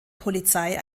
polizei